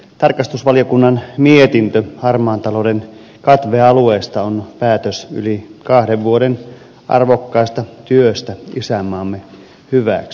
tarkastusvaliokunnan mietintö harmaan talouden katvealueista on päätös yli kahden vuoden arvokkaasta työstä isänmaamme hyväksi